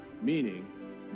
Meaning